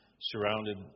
surrounded